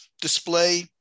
display